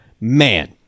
Man